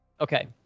okay